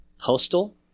Postal